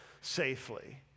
safely